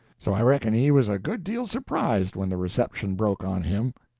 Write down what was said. so i reckon he was a good deal surprised when the reception broke on him.